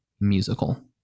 musical